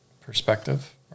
perspective